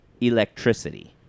electricity